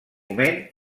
moment